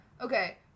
Okay